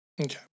Okay